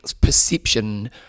perception